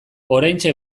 oraintxe